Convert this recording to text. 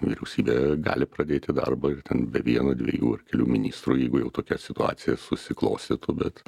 vyriausybė gali pradėti darbą ir ten be vieno dviejų ar kelių ministrų jeigu jau tokia situacija susiklostytų bet